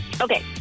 Okay